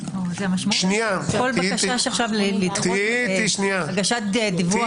--- המשמעות של זה היא שכל בקשה לדחות הגשת דיווח כזה